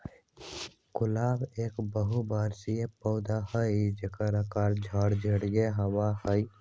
गुलाब एक बहुबर्षीय पौधा हई जेकर आकर झाड़ीदार होबा हई